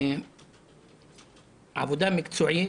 עבודה מקצועית,